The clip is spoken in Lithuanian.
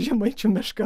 žemaičių meška